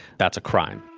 that's a crime.